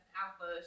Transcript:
alpha